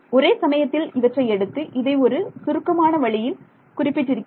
ஒரே சமயத்தில் இவற்றை எடுத்து இதை ஒரு சுருக்கமான வழியில் குறிப்பிட்டிருக்கிறேன்